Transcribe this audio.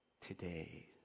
today